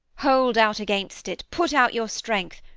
hold out against it. put out your strength.